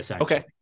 Okay